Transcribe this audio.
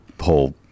whole